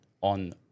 on